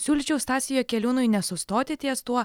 siūlyčiau stasiui jakeliūnui nesustoti ties tuo